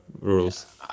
rules